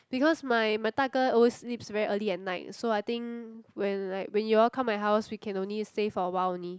because my my 大哥 always sleeps very early at night so I think when like when you all come my house we can only stay for a while only